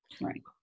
Right